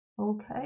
Okay